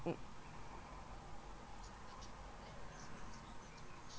mm